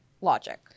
logic